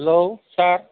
hello sir